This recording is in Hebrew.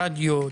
רדיו,